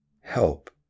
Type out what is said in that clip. help